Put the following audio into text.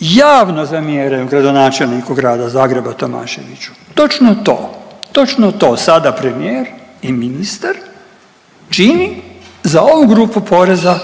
javno zamjeraju gradonačelniku grada Zagreba Tomaševiću, točno to. Točno to, sada premijer i ministar čini za ovu grupu poreza,